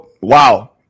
Wow